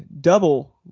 double